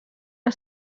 una